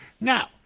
Now